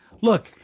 Look